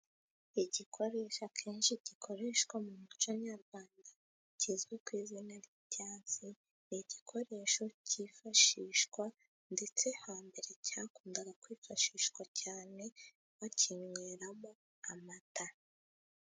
Igikoresho akenshi gikoreshwa mu muco nyarwanda kizwi ku izina ry'icyansi, ni igikoresho cyifashishwa, ndetse hambere cyakundaga kwifashishwa cyane bakinyweramo amata.